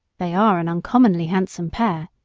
they are an uncommonly handsome pair,